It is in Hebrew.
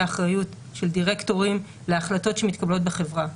האחריות של דירקטורים להחלטות שמתקבלות בחברה.